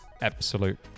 absolute